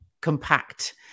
compact